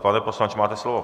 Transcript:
Pane poslanče, máte slovo.